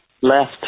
left